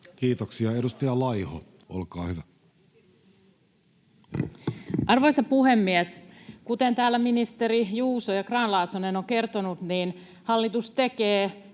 Kiitoksia. — Edustaja Laiho, olkaa hyvä. Arvoisa puhemies! Kuten täällä ministerit Juuso ja Grahn-Laasonen ovat kertoneet, hallitus tekee